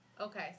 Okay